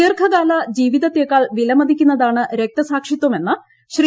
ദീർഘകാല ജീവിതത്തേക്കാൾ വിലമതിക്കുന്നതാണ് രക്തസാക്ഷിത്വമെന്ന് ശ്രീ